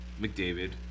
McDavid